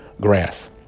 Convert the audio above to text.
grass